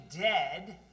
dead